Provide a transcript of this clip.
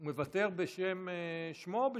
הוא מוותר בשמו או בשמך?